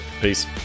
peace